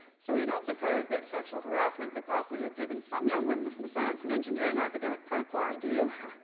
so you don't suppose that sexual harassment could possibly have driven some young women from the science and engineering academic pipeline, do you?